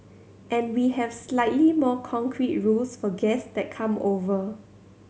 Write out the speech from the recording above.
and we have slightly more concrete rules for guest that come over